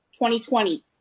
2020